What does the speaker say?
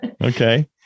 Okay